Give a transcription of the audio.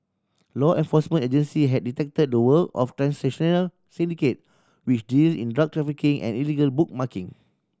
law enforcement agency had detected the work of transnational syndicate which deal in drug trafficking and illegal bookmaking